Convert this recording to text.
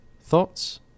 Thoughts